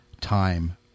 time